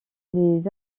les